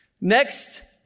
Next